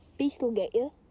beast will get you.